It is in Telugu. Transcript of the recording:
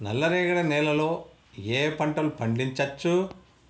నల్లరేగడి నేల లో ఏ ఏ పంట లు పండించచ్చు?